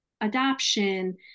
adoption